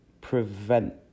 prevent